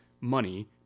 money